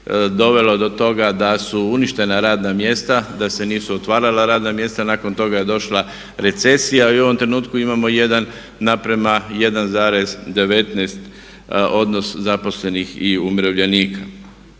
dovelo do toga da su uništena radna mjesta, da se nisu otvarala radna mjesta. Nakon toga je došla recesija i ovom trenutku imamo 1:1,19 odnos zaposlenih i umirovljenika.